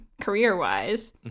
Career-wise